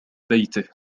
بيته